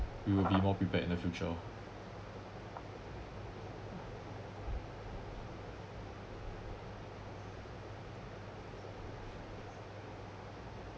we will be more prepared in the future